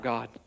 God